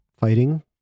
fighting